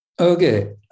Okay